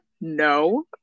No